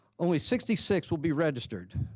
only sixty six will be registered.